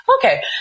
okay